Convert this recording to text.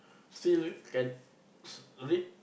still can s~ read